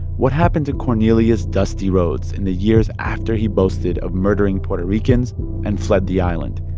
what happened to cornelius dusty rhoads in the years after he boasted of murdering puerto ricans and fled the island?